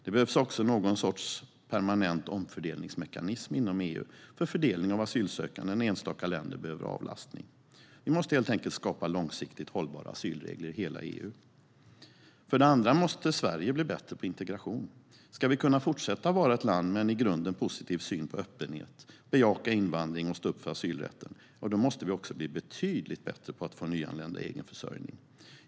Det behövs också någon sorts permanent omfördelningsmekanism inom EU för fördelning av asylsökande när enstaka länder behöver avlastning. Vi måste helt enkelt skapa långsiktigt hållbara asylregler i hela EU. För det andra måste Sverige bli bättre på integration. Ska vi kunna fortsätta vara ett land med en i grunden positiv syn på öppenhet, bejaka invandring och stå upp för asylrätten måste vi också bli betydligt bättre på att få nyanlända i egen försörjning.